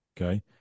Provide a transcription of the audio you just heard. Okay